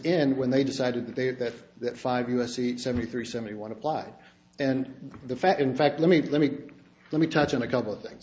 and when they decided that they had that that five u s c seventy three seventy one applied and the fact in fact let me let me let me touch on a couple of things